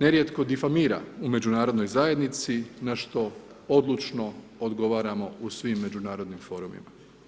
nerijetko difamira u međunarodnoj zajednici na što odlučno odgovaramo u svim međunarodnim forumima.